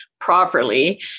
properly